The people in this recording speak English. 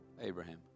Abraham